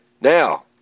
Now